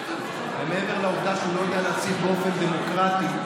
מעבר לעובדה שהוא לא יודע להפסיד באופן דמוקרטי,